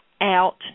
out